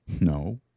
No